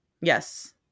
Yes